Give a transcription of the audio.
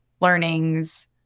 learnings